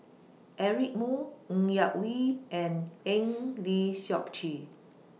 Eric Moo Ng Yak Whee and Eng Lee Seok Chee